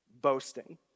boasting